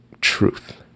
truth